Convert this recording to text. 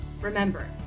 Remember